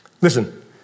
Listen